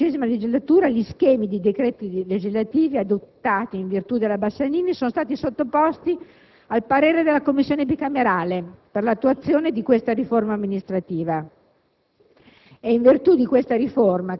Durante la XIII e la XIV legislatura gli schemi di decreti legislativi adottati in virtù della cosiddetta legge Bassanini sono stati sottoposti al parere della Commissione bicamerale per l'attuazione di questa riforma amministrativa.